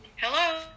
hello